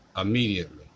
immediately